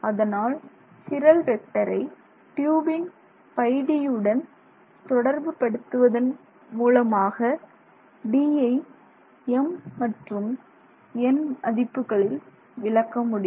அதனால் சிரல் வெக்டரை ட்யூபின் πD யுடன் தொடர்பு படுத்துவதன் மூலமாக D யை m மற்றும் n மதிப்புகளில் விளக்க முடியும்